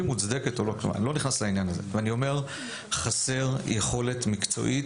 לא, חסר וחלילה.